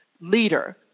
Leader